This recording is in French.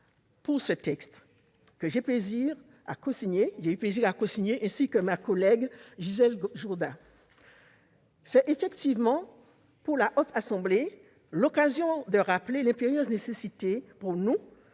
pour ce texte, que j'ai eu plaisir à cosigner avec ma collègue Gisèle Jourda. C'est effectivement pour la Haute Assemblée l'occasion de rappeler l'impérieuse nécessité, pour nous